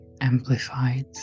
amplified